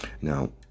Now